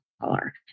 color